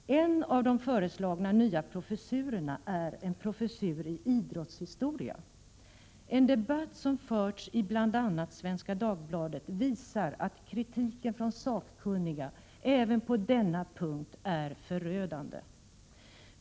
En av de föreslagna nya professurerna är en professur i idrottshistoria. Den debatt som förts bl.a. i Svenska Dagbladet visar att kritiken från sakkunniga även på denna punkt är förödande.